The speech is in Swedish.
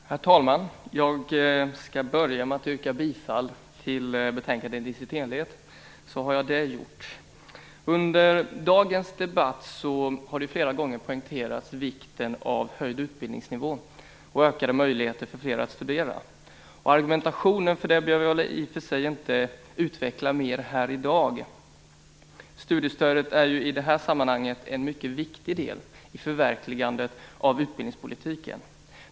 Herr talman! Jag skall börja med att yrka bifall till betänkandet i dess helhet, så är det gjort. Under dagens debatt har man flera gånger poängterat vikten av höjd utbildningsnivå och ökade möjligheter för fler att studera. Argumentationen för det behöver jag inte utveckla mer här i dag. Studiestödet är ju i det här sammanhanget en mycket viktig del i förverkligandet av utbildningspolitiken.